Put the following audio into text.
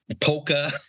Polka